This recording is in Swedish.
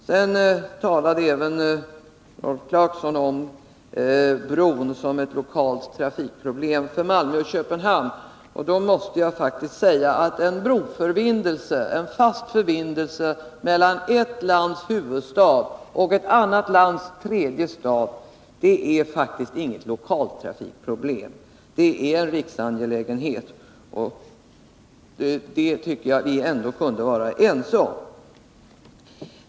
Sedan talade även Rolf Clarkson om bron som ett lokalt trafikproblem för Malmö och Köpenhamn. Då måste jag säga att en fast förbindelse mellan ett lands huvudstad och ett lands tredje stad — det är faktiskt inget lokalt trafikproblem, det är en riksangelägenhet. Det tycker jag att vi ändå kunde vara ense om.